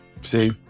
See